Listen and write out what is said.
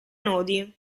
nodi